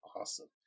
Awesome